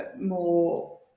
more